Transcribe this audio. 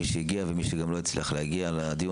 מי שהגיע וגם מי שלא הצליח להגיע לדיון